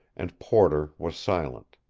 and porter was silent.